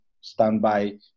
standby